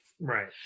Right